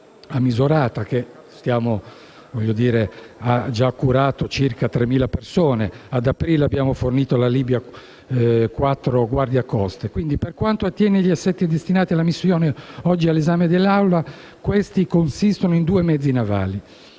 a Misurata, che ha già curato circa 3.000 persone; il fatto che ad aprile abbiamo fornito alla Libia quattro guardiacoste. Per quanto attiene agli assetti destinati alla missione oggi all'esame dell'Aula, essi consistono in due mezzi navali